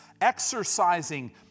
Exercising